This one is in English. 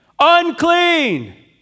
unclean